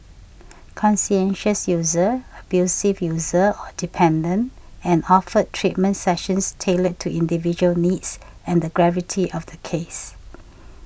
conscientious user abusive user or dependent and offered treatment sessions tailored to individual needs and the gravity of the case